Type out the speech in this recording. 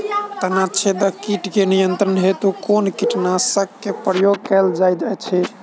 तना छेदक कीट केँ नियंत्रण हेतु कुन कीटनासक केँ प्रयोग कैल जाइत अछि?